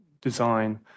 design